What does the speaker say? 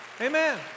Amen